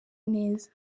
neza